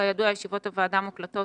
כידוע, ישיבות הוועדה מוקלטות